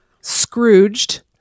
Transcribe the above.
scrooged